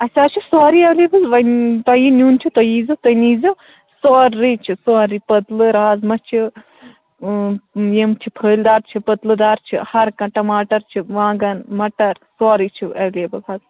اَسہِ حظ چھُ سورٕے اٮ۪ولیبٕل وۄنۍ تۄہہِ یہِ نیُن چھُو تُہۍ ییٖزیو تُہۍ نیٖزیو سورٕے چھِ سورٕے پٔتلہٕ رازما چھِ یِم چھِ پھٔلۍ دار چھِ پٔتلہٕ دار چھِ ہر کانٛہہ ٹماٹَر چھِ وانٛگَن مَٹَر سورٕے چھِ اٮ۪ولیبٕل حظ